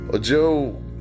Joe